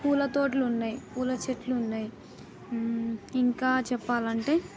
పూల తోటలు ఉన్నాయి పూల చెట్లు ఉన్నాయి ఇంకా చెప్పాలంటే